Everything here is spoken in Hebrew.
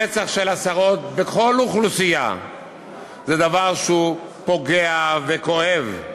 רצח של עשרות בכל אוכלוסייה זה דבר פוגע וכואב,